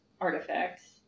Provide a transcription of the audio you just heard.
artifacts